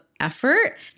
effort